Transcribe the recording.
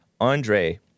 Andre